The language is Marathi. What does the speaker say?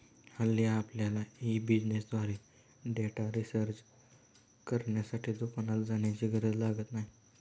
हल्ली आपल्यला ई बिझनेसद्वारे डेटा रिचार्ज करण्यासाठी दुकानात जाण्याची गरज लागत नाही